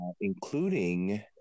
including